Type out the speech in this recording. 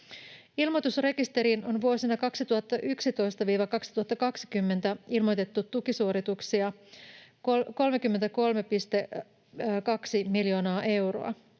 Ilmoitusrekisteriin on vuosina 2011—2020 ilmoitettu tukisuorituksia 33,2 miljoonaa euroa.